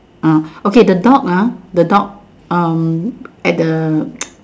uh okay the dog ah the dog um at the